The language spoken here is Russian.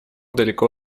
далеко